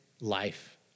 life